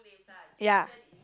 ya